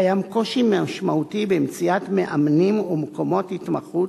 קיים קושי משמעותי במציאת מאמנים ומקומות התמחות,